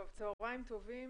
צהריים טובים,